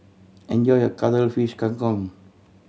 enjoy your Cuttlefish Kang Kong